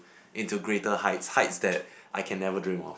into greater heights heights that I can never dream of